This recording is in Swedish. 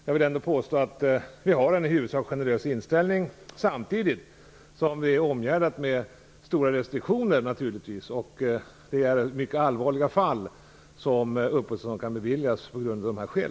Jag vill ändå påstå att vi har en i huvudsak generös inställning, samtidigt som det naturligtvis är omgärdat med stora restriktioner. Det är i mycket allvarliga fall som uppehållstillstånd kan beviljas av dessa skäl.